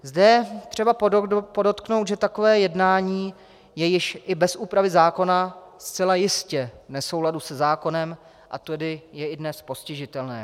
Zde je třeba podotknout, že takové jednání je již i bez úpravy zákona zcela jistě v nesouladu se zákonem, a tedy je i dnes postižitelné.